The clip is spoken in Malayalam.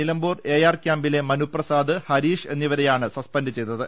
നിലമ്പൂർ എ ആർ ക്യാമ്പിലെ മനുപ്രസാദ് ഹരീഷ് എന്നിവരെയാണ് സസ്പെന്റ് ചെയ്തത്